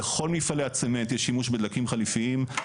בכל מפעלי הצמנט יש שימוש בדלקים חליפיים,